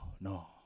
no